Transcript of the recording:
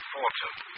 fortune